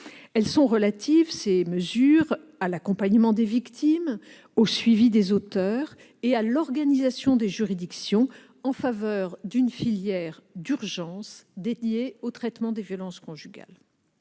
mesures sont relatives à l'accompagnement des victimes, au suivi des auteurs et à l'organisation des juridictions en faveur d'une filière d'urgence dédiée au traitement des violences conjugales.